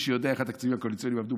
מי שיודע איך התקציבים הקואליציוניים עבדו.